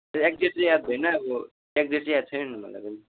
exact चाहिँ याद भएन अब एक्ज्याट चाहिँ याद छैन नि मलाई पनि